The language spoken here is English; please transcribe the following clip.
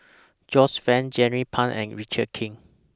Joyce fan Jernnine Pang and Richard Kee